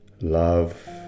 love